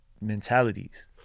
mentalities